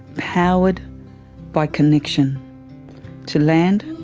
powered by connection to land,